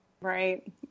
right